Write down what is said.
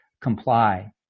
comply